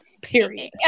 period